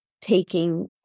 taking